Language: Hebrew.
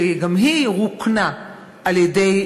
שגם היא רוקנה על-ידי